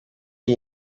iyi